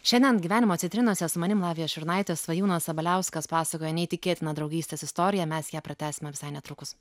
šiandien gyvenimo citrinose su manim lavija šurnaite svajūnas sabaliauskas pasakoja neįtikėtiną draugystės istoriją mes ją pratęsime visai netrukus